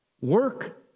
Work